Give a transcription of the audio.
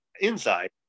inside